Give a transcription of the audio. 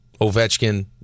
Ovechkin